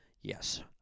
yes